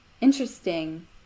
Interesting